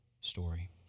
story